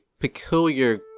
peculiar